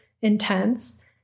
Intense